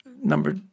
number